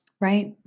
Right